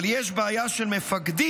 אבל יש בעיה של מפקדים,